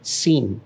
seen